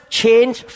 change